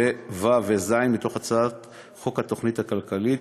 ו' וז' מתוך הצעת חוק התוכנית הכלכלית,